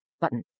button